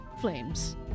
Flames